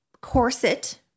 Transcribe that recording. corset